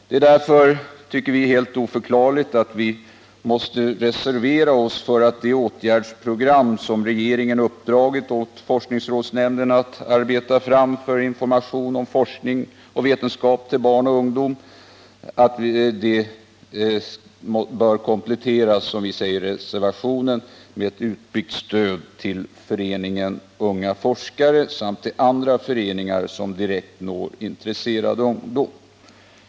Det är därför enligt vår mening oförklarligt att vi måste reservera oss för att det åtgärdsprogram som regeringen uppdragit åt forskningsrådsnämnden att arbeta fram för information om forskning och vetenskap till barn och ungdom skall kompletteras med ett utbyggt stöd till Föreningen Unga forskare samt till andra föreningar som direkt når intresserad ungdom.